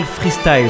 freestyle